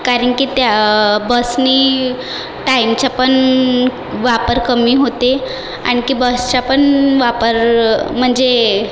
कारण की त्या बसनी टाइमचापण वापर कमी होते आणखी बसचापण वापर म्हणजे